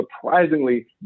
surprisingly